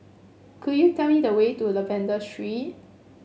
could you tell me the way to Lavender Street